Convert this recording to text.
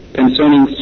concerning